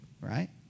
right